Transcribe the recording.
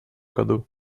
году